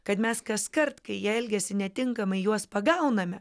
kad mes kaskart kai jie elgiasi netinkamai juos pagauname